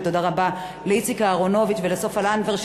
ותודה רבה לאיציק אהרונוביץ ולסופה לנדבר,